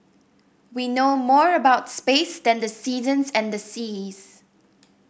we know more about space than the seasons and the seas